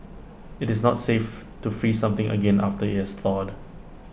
IT is not safe to freeze something again after IT has thawed